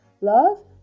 Love